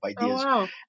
ideas